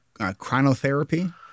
chronotherapy